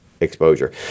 exposure